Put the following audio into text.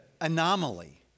anomaly